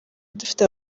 dufite